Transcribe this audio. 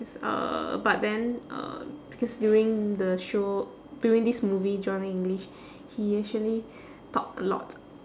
it's a but then uh because during the show during this movie johnny english he actually talk a lot